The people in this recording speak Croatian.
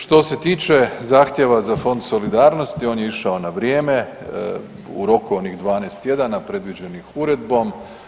Što se tiče zahtjeva za Fond solidarnosti, on je išao na vrijeme u roku onih 12 tjedana predviđenih uredbom.